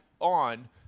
on